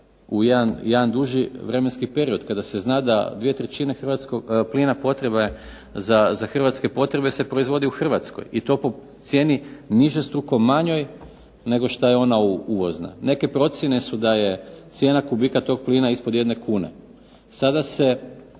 u jedna duži vremenski period kada se zna da 2/3 plina potreba je, za Hrvatske potrebe se proizvodi u Hrvatskoj i to po cijeni nižestruko manjoj nego što je uvozna. Neke procjene su da je cijena kubika tog plina ispod 1 kune.